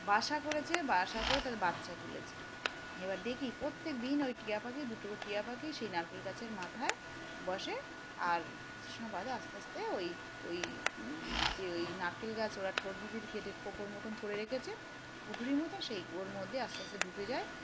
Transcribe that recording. বাসা করেছে বাসা করে তাদের বাচ্চা তুলেছে এবার দেখি প্রত্যেক দিন ওই টিয়া পাখি দুটো টিয়া পাখি সেই নারকেল গাছের মাথায় বসে আর কিছু সময় বাদে আস্তে আস্তে ওই ওই যে ওই নারকেল গাছ ওরা ঠঁট দিয়ে কেটে ফোকর মতন করে রেখেছে কুঠুরির মতন সেই ওর মধ্যে আস্তে আস্তে ঢুকে যায়